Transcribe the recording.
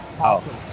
Awesome